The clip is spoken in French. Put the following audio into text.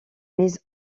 mises